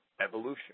evolution